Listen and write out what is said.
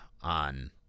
on